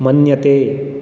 मन्यते